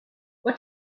what